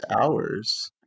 hours